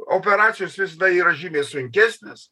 operacijos visada yra žymiai sunkesnės